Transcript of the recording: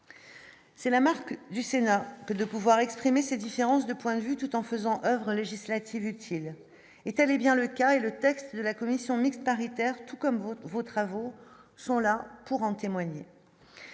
C'est la marque du Sénat que de pouvoir exprimer ses différences de points de vue tout en faisant oeuvre législative utile et qu'elle est bien le cas, et le texte de la commission mixte paritaire, tout comme vos travaux sont là pour en témoigner.